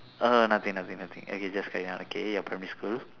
err nothing nothing nothing you just carry on okay your primary school